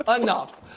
Enough